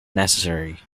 necessary